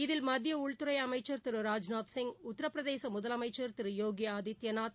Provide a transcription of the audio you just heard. இதில் மத்திய உள்துறை அமைச்சா் திரு ராஜ்நாத்சிங் உத்திரபிரதேச முதலமைச்சா் திரு யோகி ஆதித்யநாத்